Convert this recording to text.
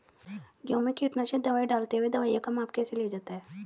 गेहूँ में कीटनाशक दवाई डालते हुऐ दवाईयों का माप कैसे लिया जाता है?